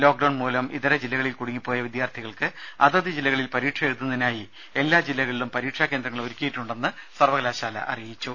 lockdown മൂലം ഇതര ജില്ലകളിൽ കുടുങ്ങിപ്പോയ വിദ്യാർത്ഥികൾക്ക് അതത് ജില്ലകളിൽ പരീക്ഷയെഴുതുന്നതിനായി എല്ലാ ജില്ലകളിലും പരീക്ഷാ കേന്ദ്രങ്ങൾ ഒരുക്കിയിട്ടുണ്ടെന്ന് സർവകലാശാല അറിയിച്ചു